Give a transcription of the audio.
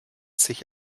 sich